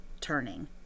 turning